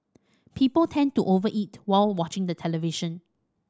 people tend to over eat while watching the television